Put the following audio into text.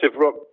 rock